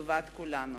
לטובת כולנו.